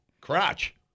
Crotch